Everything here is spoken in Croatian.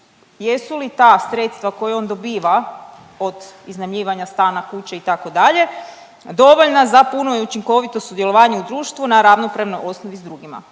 jesu li ta sredstva koja on dobiva od iznajmljivanja stana, kuće itd. dovoljna za puno i učinkovito sudjelovanje u društvu na ravnopravnoj osnovi s drugima?